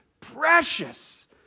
precious